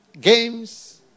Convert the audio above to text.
games